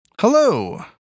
Hello